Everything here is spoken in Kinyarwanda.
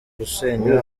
gusenywa